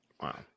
Wow